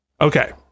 Okay